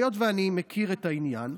והיות שאני מכיר את העניין,